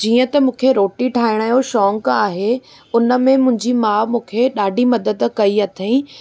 जीअं त मूंखे रोटी ठाहिण जो शौंक आहे उन में मुंहिंजी माउ मूंखे ॾाढी मदद कई अथईं